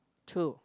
two